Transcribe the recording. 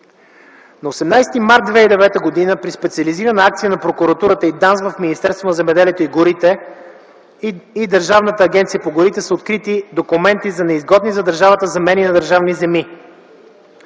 На 18 март 2009 г. при специализирана акция на Прокуратурата и ДАНС в Министерството на земеделието и горите и Държавната агенция по горите са открити документи за неизгодни за държавата замени на държавни земи.